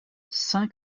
cinq